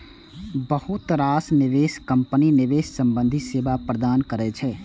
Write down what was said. बहुत रास निवेश कंपनी निवेश संबंधी सेवा प्रदान करै छै